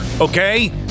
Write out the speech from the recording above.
okay